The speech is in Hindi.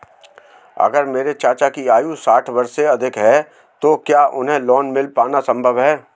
अगर मेरे चाचा की आयु साठ वर्ष से अधिक है तो क्या उन्हें लोन मिल पाना संभव है?